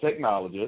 technologist